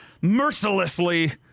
mercilessly